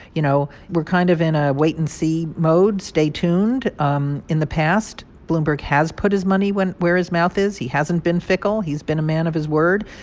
you know? we're kind of in a wait-and-see mode. stay tuned. um in the past, bloomberg has put his money where where his mouth is. he hasn't been fickle. he's been a man of his word.